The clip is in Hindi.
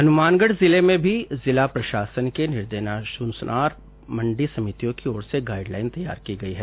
हनुमानगढ़ जिले में भी जिला प्रशासन के निर्देशानुसार मंडी समितियों की और से गाइडलाइन तैयार की गई है